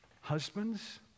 Husbands